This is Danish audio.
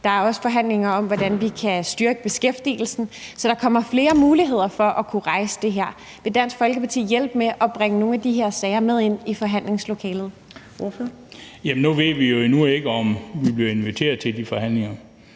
der er forhandlinger om, hvordan vi kan styrke beskæftigelsen, så der kommer flere muligheder for at rejse det her spørgsmål. Vil Dansk Folkeparti hjælpe med til at bringe nogle af de her sager med ind i forhandlingslokalet? Kl. 15:34 Fjerde næstformand (Trine Torp): Ordføreren.